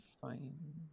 fine